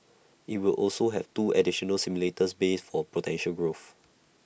IT will also have two additional simulator bays for potential growth